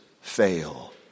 fail